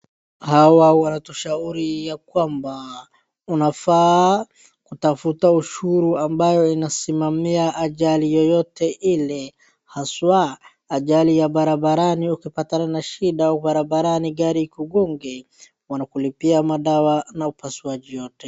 Hawa wanatushauri ya kwamba, unafaa kutafuta ushuru ambayo inasimamia ajali yoyote ile, haswa ajali ya barabarani ukipatana na shida barabarani gari ikugonge, wanakulipia madawa na upasuaji yote.